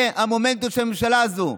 זה המומנטום של הממשלה הזאת.